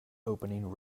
opening